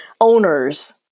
owners